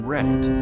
Reddit